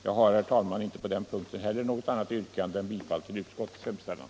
Jag har, herr talman, inte heller på denna punkt något annat yrkande än bifall till utskottets hemställan.